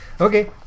Okay